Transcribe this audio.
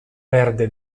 perde